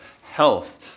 health